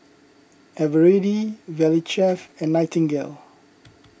Eveready Valley Chef and Nightingale